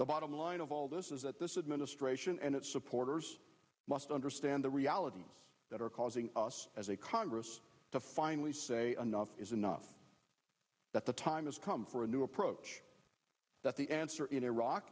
the bottom line of all this is that this administration and its supporters must understand the realities that are causing us as a congress to finally say another is enough that the time has come for a new approach that the answer in iraq